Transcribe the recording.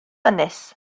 ynys